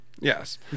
yes